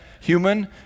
human